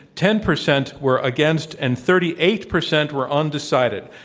ten percent were against, and thirty eight percent were undecided.